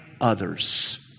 others